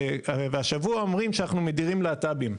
והשבוע אומרים שאנחנו מדירים להט"בים.